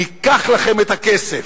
ניקח לכם את הכסף,